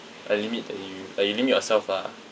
a limit that you uh you limit yourself lah